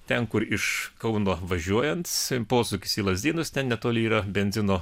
ten kur iš kauno važiuojant posūkis į lazdynus ten netoli yra benzino